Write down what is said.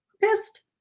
pissed